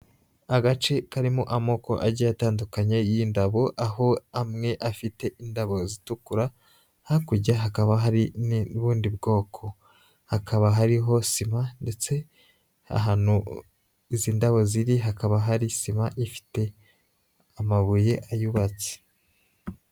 Agace karimo amoko agiye atandukanye y'indabo aho amwe afite indabo zitukura, hakurya hakaba hari n'ubundi bwoko. Hakaba hariho sima ndetse ahantu izi ndabo ziri hakaba hari sima ifite amabuye ayubatse.